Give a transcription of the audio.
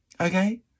Okay